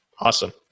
Awesome